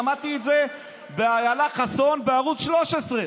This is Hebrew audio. אני שמעתי את זה אצל איילה חסון בערוץ 13,